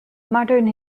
modern